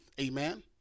amen